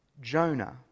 Jonah